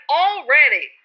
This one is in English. already